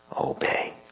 obey